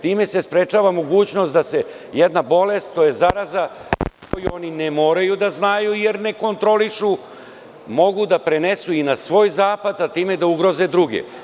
Time se sprečava mogućnost da jedna bolest, to je zaraza koju oni ne moraju da znaju jer ne kontrolišu, mogu da prenesu i na svoj zahvat, a time i da ugroze druge.